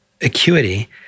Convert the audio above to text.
acuity